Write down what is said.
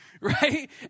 right